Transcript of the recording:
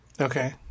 Okay